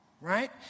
Right